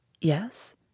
Yes